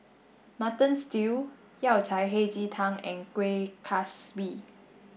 mutton stew Yao Cai Hei Ji Tang and Kueh Kaswi